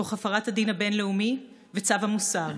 תוך הפרת הדין הבין-לאומי וצו המוסר.